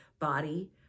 body